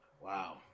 Wow